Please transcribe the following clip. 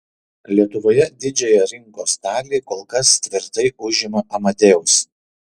lietuvoje didžiąją rinkos dalį kol kas tvirtai užima amadeus